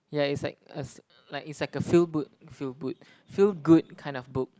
yeah is like a is like a feel boot feel boot feel good kind of book